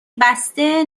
بسته